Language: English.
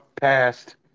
passed